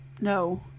no